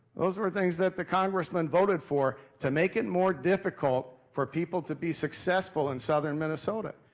those were things that the congressman voted for, to make it more difficult for people to be successful in southern minnesota.